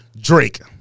Drake